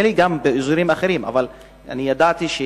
נדמה לי גם שבאזורים אחרים, אבל אני יודע שבעמק